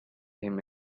him